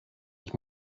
ich